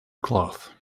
cloth